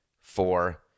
four